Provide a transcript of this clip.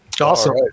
Awesome